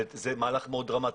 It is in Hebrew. זה מהלך מאוד דרמטי.